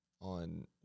on